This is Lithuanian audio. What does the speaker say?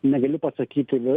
negaliu pasakyti vi